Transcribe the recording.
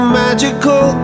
magical